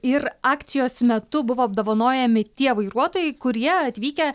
ir akcijos metu buvo apdovanojami tie vairuotojai kurie atvykę